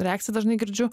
reakciją dažnai girdžiu